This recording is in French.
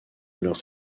leurs